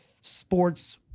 sports